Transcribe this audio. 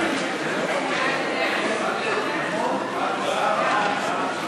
ההצעה להעביר את הצעת חוק הדואר (תיקון,